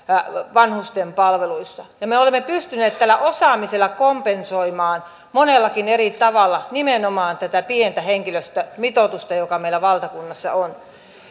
vanhusten palveluissa me olemme pystyneet tällä osaamisella kompensoimaan monellakin eri tavalla nimenomaan tätä pientä henkilöstömitoitusta joka meillä valtakunnassa on